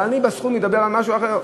אבל בסכום אני אדבר על משהו אחר.